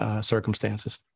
circumstances